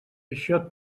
això